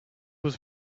was